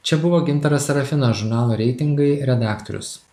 čia buvo gintaras sarafinas žurnalo reitingai redaktorius